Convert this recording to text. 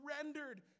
surrendered